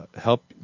help